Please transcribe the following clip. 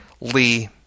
Lee